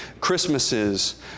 Christmases